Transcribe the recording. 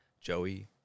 Joey